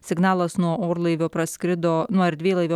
signalas nuo orlaivio praskrido nuo erdvėlaivio